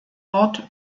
ort